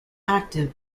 active